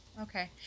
Okay